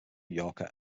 yorker